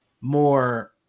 more